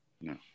no